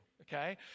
okay